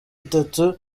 itatu